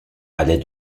allait